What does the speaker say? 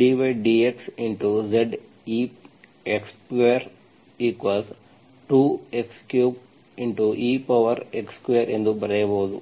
ddxZ ex22 x3ex2 ಎಂದು ಬರೆಯಬಹುದು